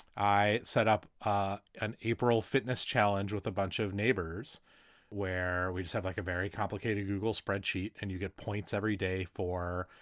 i set up ah an april fitness challenge with a of neighbors where we just have like a very complicated google spreadsheet. and you get points every day for,